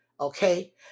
okay